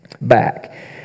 back